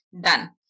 done